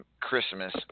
Christmas